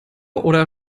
oder